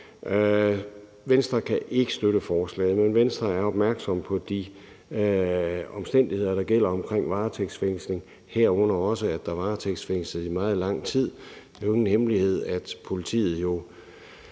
Venstre ikke støtte forslaget, men Venstre er opmærksom på de omstændigheder, der gælder omkring varetægtsfængsling, herunder også at der varetægtsfængsles i meget lang tid. Det er jo ingen hemmelighed, at politiets